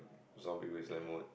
zombie wasteland mode